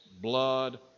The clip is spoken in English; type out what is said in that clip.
blood